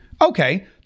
Okay